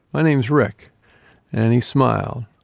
my name's rick and he smiled.